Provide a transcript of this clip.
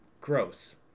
gross